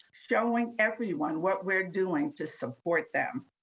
showing everyone what we're doing to support them,